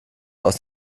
aus